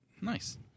nice